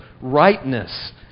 rightness